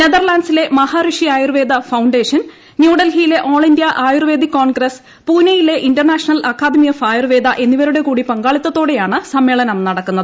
നെതർലാൻഡ്സിലെ മഹാലിഷ്ടി ആയുർവേദ ഫൌണ്ടേഷൻ ന്യൂഡൽഹിയിലെ All India Ayurvedic Congress പൂനെയിലെ International Academy of Ayurveda എന്നിവരുടെ കൂടി പങ്കാളിത്തതോടെയാണ് സമ്മേളനം നടക്കുന്നത്